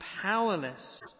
powerless